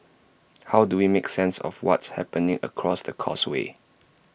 how do we make sense of what's happening across the causeway